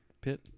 pit